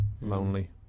Lonely